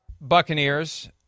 buccaneers